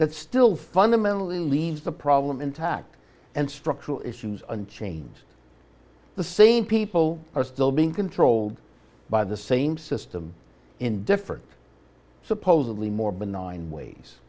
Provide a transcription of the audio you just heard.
that still fundamentally leaves the problem intact and structural issues and chains the same people are still being controlled by the same system in different supposedly more benign ways